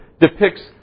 depicts